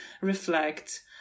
reflect